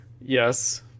Yes